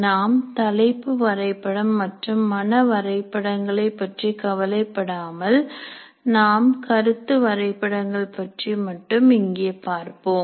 நாம் தலைப்பு வரைபடம் மற்றும் மன வரைபடங்களை பற்றி கவலைப்படாமல் நாம் கருத்து வரைபடங்கள் பற்றி மட்டும் இங்கே பார்ப்போம்